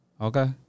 Okay